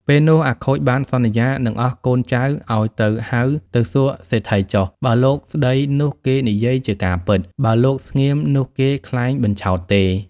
ពេលនោះអាខូចបានសន្យានឹងអស់កូនចៅឲ្យទៅហៅទៅសួរសេដ្ឋីចុះ បើលោកស្ដីនោះគេនិយាយជាការពិត បើលោកស្ងៀមនោះគេក្លែងបញ្ឆោតទេ។